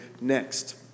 next